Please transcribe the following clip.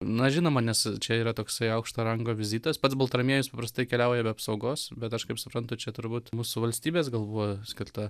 na žinoma nes čia yra toksai aukšto rango vizitas pats baltramiejus paprastai keliauja be apsaugos bet aš kaip suprantu čia turbūt mūsų valstybės gal buvo skirta